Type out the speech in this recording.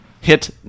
Hit